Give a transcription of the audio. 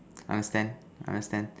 understand understand